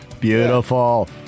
Beautiful